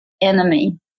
enemy